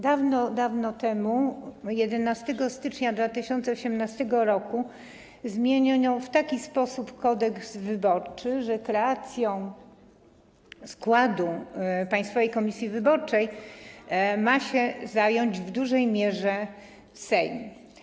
Dawno, dawno temu, 11 stycznia 2018 r., zmieniono w taki sposób Kodeks wyborczy, że kreacją składu Państwowej Komisji Wyborczej ma się zająć w dużej mierze Sejm.